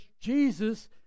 Jesus